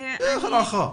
להערכתך?